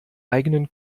eigenen